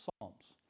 Psalms